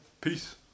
Peace